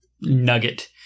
nugget